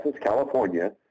California